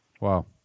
Wow